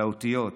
על האותיות,